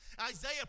Isaiah